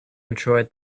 enjoyed